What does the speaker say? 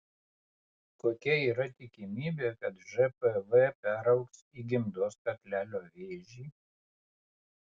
kokia yra tikimybė kad žpv peraugs į gimdos kaklelio vėžį